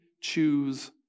choose